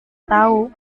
tahu